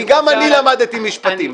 כי גם אני למדתי משפטים.